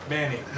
Manny